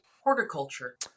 Horticulture